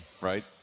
right